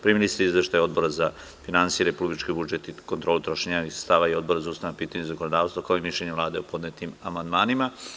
Primili ste Izveštaj Odbora za finansije, republički budžet i kontrolu trošenja sredstava i Odbora za ustavna pitanja i zakonodavstvo, kao i mišljenje Vlade o podnetim amandmanima.